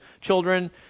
children